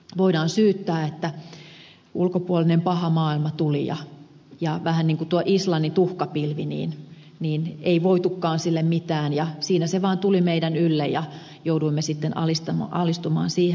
voidaan syyttää että ulkopuolinen paha maailma tuli ja vähän niin kuin tuolle islannin tuhkapilvelle ei voitukaan sille mitään ja siinä se vaan tuli meidän yllemme ja jouduimme sitten alistumaan siihen